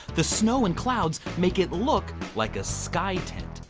the snow and clouds make it look like a sky-tent.